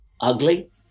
ugly